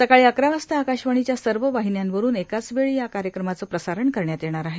सकाळी अकरा वाजता आकाशवाणीच्या सर्व वाहिन्यांवरून एकाच वेळी या कार्यक्रमाचं प्रसारण करण्यात येणार आहे